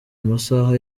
masaha